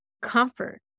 comfort